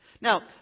Now